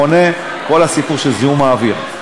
כל הסיפור של זיהום האוויר.